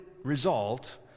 Result